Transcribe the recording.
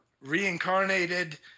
reincarnated